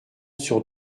sur